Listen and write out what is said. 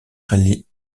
réalisations